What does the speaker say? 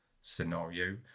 scenario